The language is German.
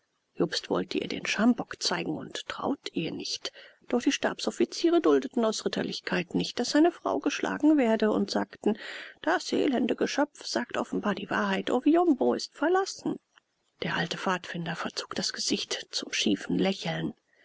jobst wollte ihr den schambock zeigen und traute ihr nicht doch die stabsoffiziere duldeten aus ritterlichkeit nicht daß eine frau geschlagen werde und sagten das elende geschöpf sagt offenbar die wahrheit oviumbo ist verlassen der alte pfadfinder verzog das gesicht zum schiefen lächeln